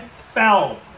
fell